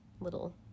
little